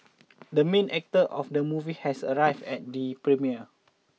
the main actor of the movie has arrived at the premiere